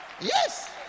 Yes